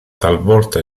talvolta